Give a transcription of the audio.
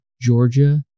Georgia